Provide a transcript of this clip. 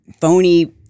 phony